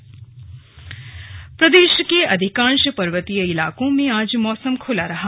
slug मौसम प्रदेश के अधिकांश पर्वतीय इलाकों में आज मौसम खुला रहा